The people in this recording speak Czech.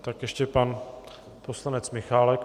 Tak ještě pan poslanec Michálek.